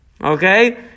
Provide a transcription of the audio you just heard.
Okay